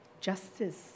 justice